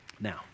Now